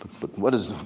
but what is.